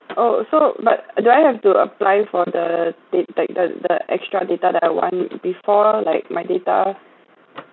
oh so but do I have to apply for the dat~ dat~ the the extra data that I want before like my data